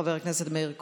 חבר הכנסת מאיר כהן,